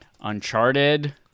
Uncharted